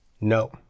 No